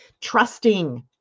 Trusting